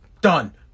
Done